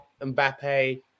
Mbappe